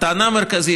הטענה המרכזית,